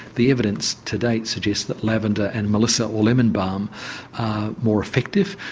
the evidence to date suggests that lavender and melissa or lemon balm are more effective.